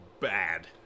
bad